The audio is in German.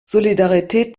solidarität